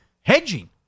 hedging